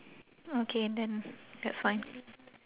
okay then that's fine